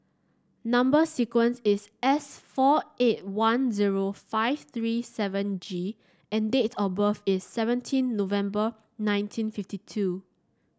number sequence is S four eight one zero five three seven G and date of birth is seventeen November nineteen fifty two